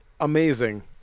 amazing